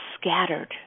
scattered